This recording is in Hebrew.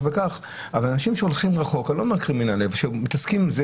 וכך אבל אנשים שהולכים לחוק והם מתעסקים עם זה,